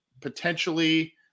potentially